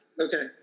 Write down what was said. okay